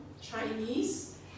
Chinese